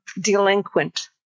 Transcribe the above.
delinquent